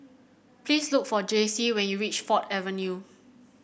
please look for Jacey when you reach Ford Avenue